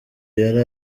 yari